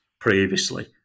previously